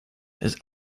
his